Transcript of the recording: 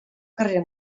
carrera